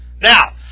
Now